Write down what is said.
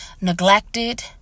neglected